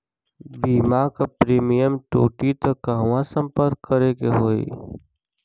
बीमा क प्रीमियम टूटी त कहवा सम्पर्क करें के होई?